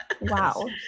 Wow